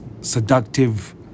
seductive